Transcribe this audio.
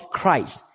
Christ